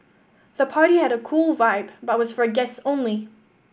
the party had a cool vibe but was for guest only